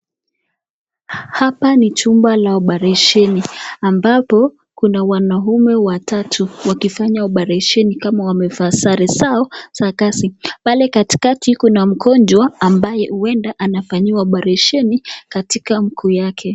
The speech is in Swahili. Hapa ni chumba la oparesheni ambapo kuna wanaume watatu wakifanya oparesheni kama wamevaa sare zao za kazi. Pale katikati kuna mgonjwa ambaye huenda anafanyiwa oparesheni katika mguu wake.